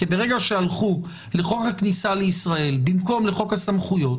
ברגע שהלכו לחוק הכניסה לישראל במקום לחוק הסמכויות,